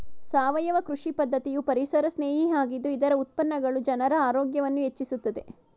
ಸಾವಯವ ಕೃಷಿ ಪದ್ಧತಿಯು ಪರಿಸರಸ್ನೇಹಿ ಆಗಿದ್ದು ಇದರ ಉತ್ಪನ್ನಗಳು ಜನರ ಆರೋಗ್ಯವನ್ನು ಹೆಚ್ಚಿಸುತ್ತದೆ